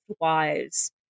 wise